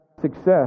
success